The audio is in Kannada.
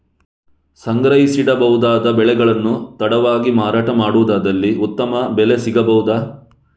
ಸಂಗ್ರಹಿಸಿಡಬಹುದಾದ ಬೆಳೆಗಳನ್ನು ತಡವಾಗಿ ಮಾರಾಟ ಮಾಡುವುದಾದಲ್ಲಿ ಉತ್ತಮ ಬೆಲೆ ಸಿಗಬಹುದಾ?